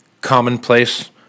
commonplace